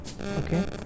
Okay